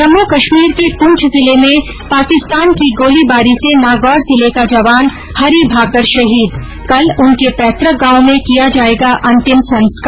जम्मू कश्मीर के पुंछ जिले में पाकिस्तान की गोलीबारी से नागौर जिले का जवान हरि भाकर शहीद कल उनके पैतुक गांव में किया जायेगा अंतिम संस्कार